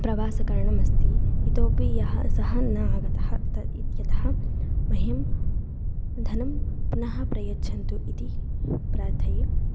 प्रवासकरणमस्ति इतोऽपि यः सः न आगतः तत् इत्यतः मह्यं धनं पुनः प्रयच्छन्तु इति प्रार्थये